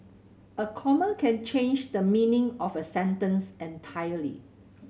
a comma can change the meaning of a sentence entirely